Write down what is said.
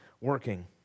working